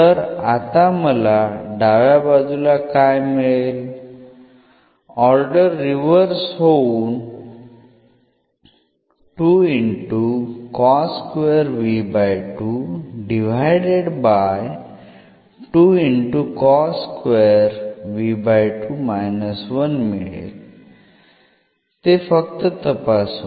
तर आता मला डाव्या बाजूला काय मिळेल ऑर्डर रिवर्स होऊन मिळेल ते फक्त तपासू